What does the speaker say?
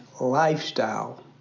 lifestyle